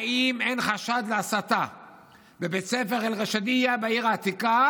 אם אין חשד להסתה בבית ספר א-ראשידיה בעיר העתיקה,